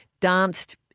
danced